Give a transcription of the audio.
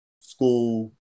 school